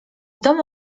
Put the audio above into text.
domu